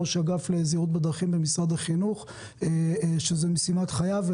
ראש האגף לזהירות בדרכים של משרד החינוך שזוהי משימת חייו.